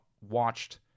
watched